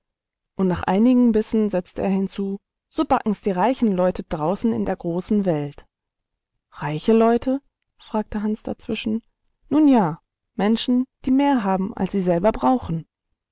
und nach einigen bissen setzte er hinzu so backen's die reichen leute draußen in der großen welt reiche leute fragte hans dazwischen nun ja menschen die mehr haben als sie selber brauchen